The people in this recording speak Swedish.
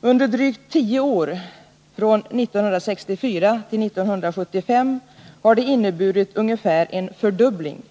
Under drygt tio år — 1964-1975 — har det inneburit ungefär en fördubbling.